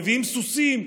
מביאים סוסים,